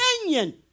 opinion